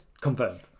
Confirmed